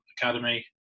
Academy